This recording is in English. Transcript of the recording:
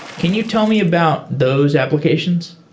can you tell me about those applications?